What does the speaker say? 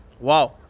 wow